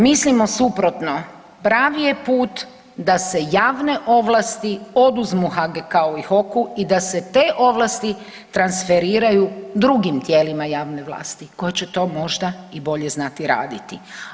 Mislimo suprotno, pravi je put da se javne ovlasti oduzmu HGK-u i HOK-u i da se te ovlasti transferiraju drugim tijelima javne vlasti koje će to možda i bolje znati raditi.